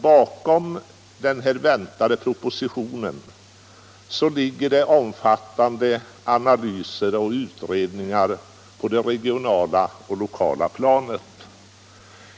Bakom den väntade propositionen ligger omfattande analyser och utredningar på det regionala och lokala planet.